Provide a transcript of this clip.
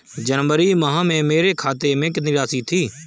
जनवरी माह में मेरे खाते में कितनी राशि थी?